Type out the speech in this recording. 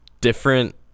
Different